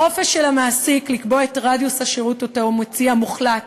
החופש של המעסיק לקבוע את רדיוס השירות שהוא מציע מוחלט,